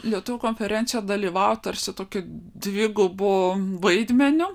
lietuvių konferencijoj dalyvavo tarsi tokiu dvigubu vaidmeniu